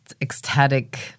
ecstatic